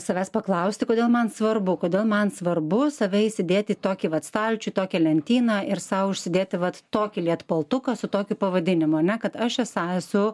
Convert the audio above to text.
savęs paklausti kodėl man svarbu kada man svarbu save įsidėti tokį vat stalčių tokią lentyną ir sau užsidėti vat tokį lietpaltuką su tokiu pavadinimo ane kad aš esą esu